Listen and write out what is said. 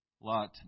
Lot